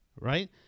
right